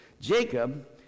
Jacob